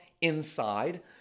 inside